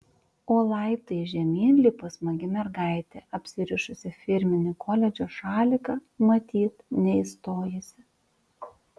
o laiptais žemyn lipo smagi mergaitė apsirišusi firminį koledžo šaliką matyt neįstojusi